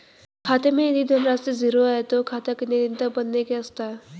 खाते मैं यदि धन राशि ज़ीरो है तो खाता कितने दिन तक बंद नहीं किया जा सकता?